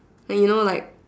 like you like